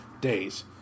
days